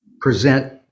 present